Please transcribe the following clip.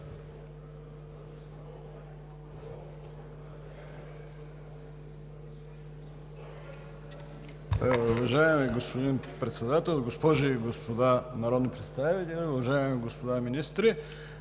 Уважаеми господин Председател, госпожи и господа народни представители, уважаеми господа министри!